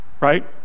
Right